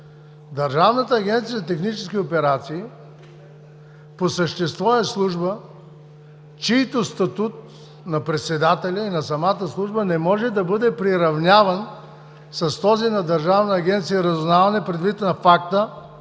Държавната агенция „Технически операции“ по същество е служба, чийто статут – на председателя и на самата служба – не може да бъде приравняван с този на Държавна агенция „Разузнаване“, предвид факта,